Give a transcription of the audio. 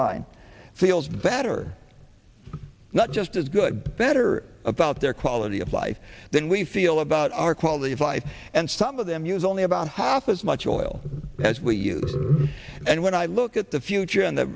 line feels better not just as good or better about their quality of life than we feel about our quality of life and some of them use only about half as much oil as we use and when i look at the